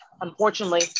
Unfortunately